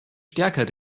stärker